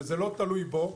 שזה לא תלוי בו,